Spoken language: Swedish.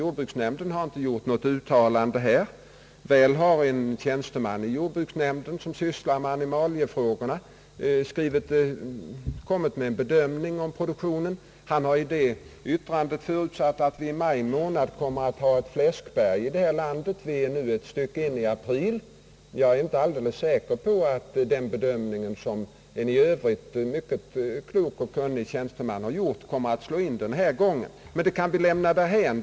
Jordbruksnämnden har inte gjort något uttalande här, men väl har en tjänsteman i jordbruksnämnden som sysslar med animaliefrågorna kommit med en bedömning av produktionen. Han har i sitt yttrande förutsagt, att vi i maj månad kommer att ha nästan ett fläskberg här i landet. Vi är nu ett stycke inne i april, och jag är inte alldeles säker på att denna bedömning, som en i övrigt mycket klok och kunnig tjänsteman har gjort, kommer att slå in denna gång. Men det kan vi lämna därhän.